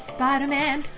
Spider-Man